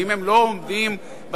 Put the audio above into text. ואם הם לא עומדים בדרישות,